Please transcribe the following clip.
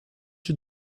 you